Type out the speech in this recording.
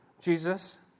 Jesus